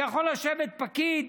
יכול לשבת פקיד